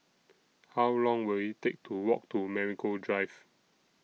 How Long Will IT Take to Walk to Marigold Drive